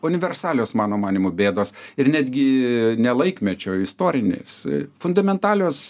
universalios mano manymu bėdos ir netgi ne laikmečio o istorinės fundamentalios